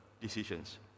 decisions